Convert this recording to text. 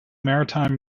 maritime